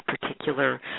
particular